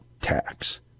tax